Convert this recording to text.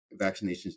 vaccinations